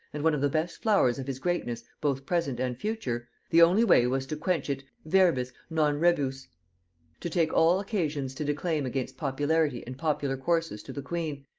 and one of the best flowers of his greatness both present and future, the only way was to quench it verbis, non rebus to take all occasions to declaim against popularity and popular courses to the queen,